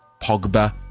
Pogba